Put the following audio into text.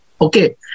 Okay